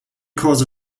cause